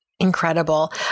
Incredible